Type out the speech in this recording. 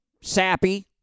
Sappy